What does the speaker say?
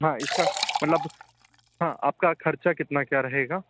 हाँ इसका मतलब हाँ आपका ख़र्च कितना क्या रहेगा